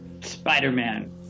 Spider-Man